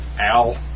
Al